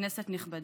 כנסת נכבדה,